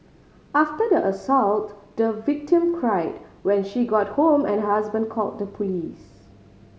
after the assault the victim cried when she got home and her husband call the police